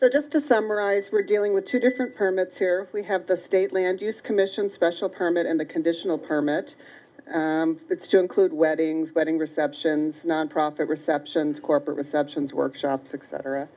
so just to summarize we're dealing with two different permits here we have the state land use commission special permit and the conditional permit include weddings wedding receptions nonprofit receptions corporate receptions workshops